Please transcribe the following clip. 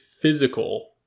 physical